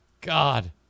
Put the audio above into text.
God